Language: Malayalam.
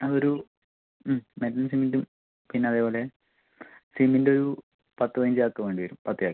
അത് ഒരു മെറ്റൽ സിമൻറ്റും പിന്നെ അതേപോലെ സിമൻറ്റ് ഒരു പത്ത് പതിനഞ്ച് ചാക്ക് വേണ്ടി വരും പത്ത് ചാക്ക്